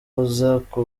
batatu